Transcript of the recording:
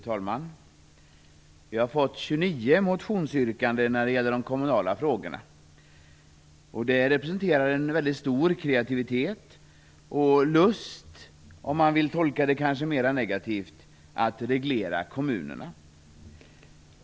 Fru talman! Det finns 29 motionsyrkanden om de kommunala frågorna. De representerar en väldigt stor kreativitet och - om man vill tolka det negativt - lust att reglera kommunerna.